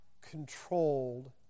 controlled